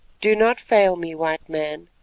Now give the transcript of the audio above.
do not fail me, white man,